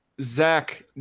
Zach